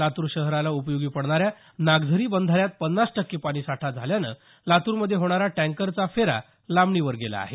लातूर शहराला उपयोगी पडणाऱ्या नागझरी बंधार्यात पन्नास टक्के पाणीसाठा झाल्यामुळे लातूरमध्ये होणारा टँकरचा फेरा लांबणीवर गेला आहे